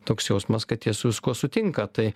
toks jausmas kad jie su viskuo sutinka tai